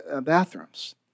bathrooms